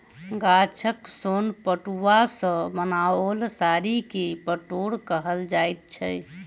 गाछक सोन पटुआ सॅ बनाओल साड़ी के पटोर कहल जाइत छै